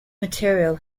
material